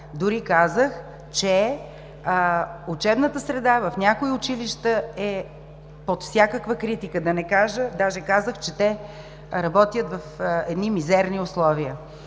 Дори казах, че учебната среда в някои училища е под всякаква критика, казах, че те работят в едни мизерни условия.